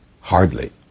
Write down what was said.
Hardly